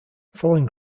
following